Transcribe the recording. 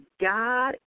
God